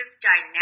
dynamic